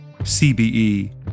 CBE